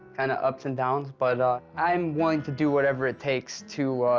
kind of ups and downs, but, ah, i'm going to do whatever it takes to,